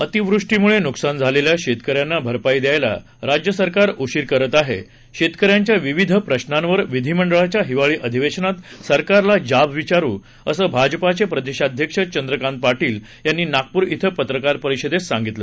अतिवृष्टीमुळे नुकसान झालेल्या शेतकर्यांना भरपाई द्यायला राज्य सरकार उशिर करत आहे शेतकऱ्यांच्या विविध प्रशांवर विधिमंडळाच्या हिवाळी अधिवेशनात सरकारला जाब विचारू असं भाजपाचे प्रदेशाध्यक्ष चंद्रकांत पाटील यांनी नागपूर इथं पत्रकार परिषदेत सांगितलं